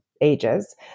ages